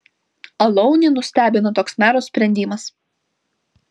alaunį nustebino toks mero sprendimas